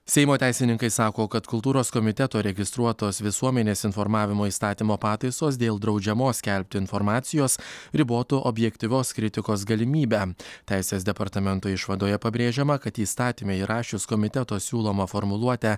seimo teisininkai sako kad kultūros komiteto registruotos visuomenės informavimo įstatymo pataisos dėl draudžiamos skelbti informacijos ribotų objektyvios kritikos galimybę teisės departamento išvadoje pabrėžiama kad įstatyme įrašius komiteto siūlomą formuluotę